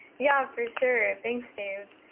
yeah, for sure. and thanks, dave.